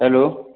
hello